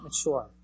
mature